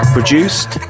Produced